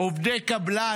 עובדי קבלן.